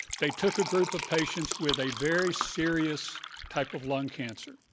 they took a group of patients with a very serious type of lung cancer.